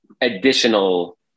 additional